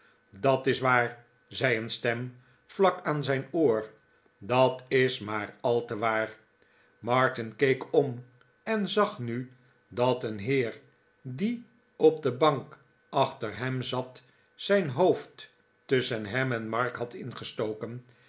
dat is waar zei een stem vlak aan zijn oor dat is maar al te waar martin keek om en zag nu dat een heer die op de bank achter hem zat zijn hoofd tusschen hem en mark had ingestoken